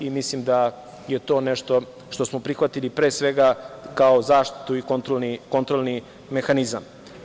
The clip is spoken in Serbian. Mislim da je to nešto što smo prihvatili, pre svega kao zaštitu i kontrolni mehanizam.